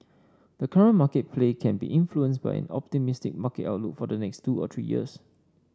the current market play can be influenced by an optimistic market outlook for the next two to three years